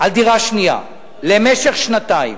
על דירה שנייה למשך שנתיים.